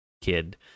kid